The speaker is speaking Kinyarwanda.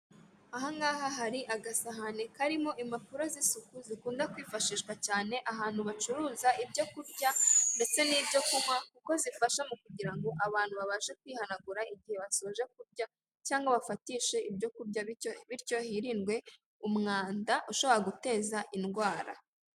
Ahangaha hari agasahani karimo impapuro z'isuku zikunda kwifashishwa cyane ahantu bacuruza ibyo kurya ndetse n'ibyo kunywa, kuko zifasha mu kugira ngo abantu babashe kwihanagura igihe basoje kurya cyangwa bafatishe ibyo kurya bityo hirindwe umwanda ushobora guteza indwara.